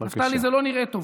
נפתלי, זה לא נראה טוב.